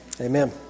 Amen